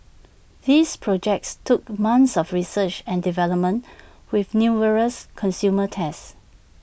these projects took months of research and development with numerous consumer tests